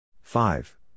Five